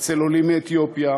אצל עולים מאתיופיה,